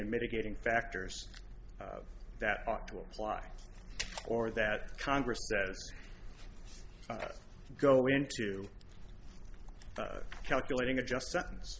and mitigating factors that ought to apply or that congress says go into calculating a just sentence